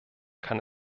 kann